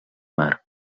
mar